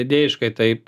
idėjiškai taip